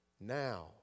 now